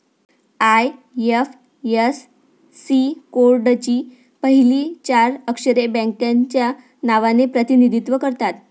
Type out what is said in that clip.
IFSC कोडची पहिली चार अक्षरे बँकेच्या नावाचे प्रतिनिधित्व करतात